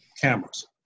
cameras